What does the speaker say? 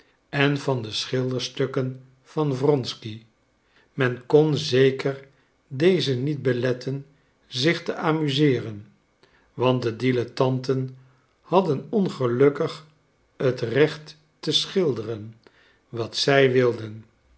en van de schilderstukken van wronsky men kon zeker dezen niet beletten zich te amuseeren want de diletanten hadden ongelukkig het recht te schilderen wat zij wilden